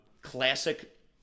Classic